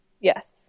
Yes